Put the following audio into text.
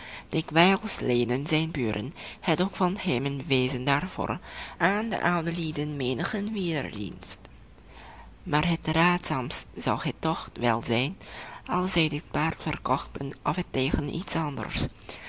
zijn buren het ook van hem en bewezen daarvoor aan de oude lieden menigen wederdienst maar het raadzaamst zou het toch wel zijn als zij dit paard verkochten of het tegen iets anders